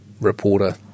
reporter